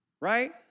right